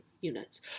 units